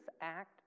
act